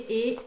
et